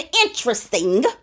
interesting